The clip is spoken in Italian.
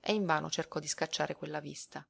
e invano cercò di scacciare quella vista